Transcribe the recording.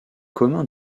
communs